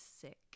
sick